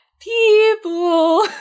People